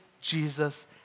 Jesus